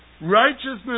Righteousness